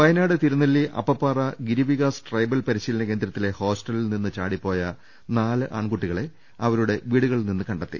Wayanad Thirunelli Appappara Girivikas tribal പരിശീലന കേന്ദ്രത്തിലെ ഹോസ്റ്റലിൽനിന്ന് ചാട്ടിപ്പോയ നാല് ആൺകുട്ടികളെ അവരുടെ വീടുകളിൽ നിന്ന് ുക്ണ്ടെത്തി